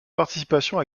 participation